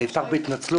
אני אפתח בהתנצלות,